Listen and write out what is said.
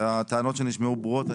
הטענות שנשמעו ברורות.